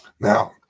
now